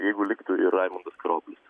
jeigu liktų ir raimondas karoblis